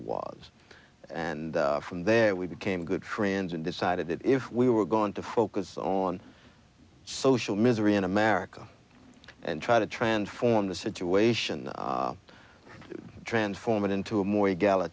was and from there we became good friends and decided that if we were going to focus on social misery in america and try to transform the situation transform it into a more